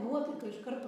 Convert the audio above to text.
nuotaika iš karto